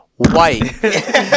White